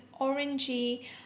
orangey